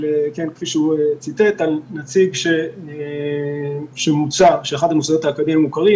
נציג של אחד ממוסדות האקדמיה המוכרים,